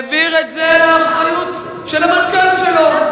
והעביר את זה לאחריות של המנכ"ל שלו.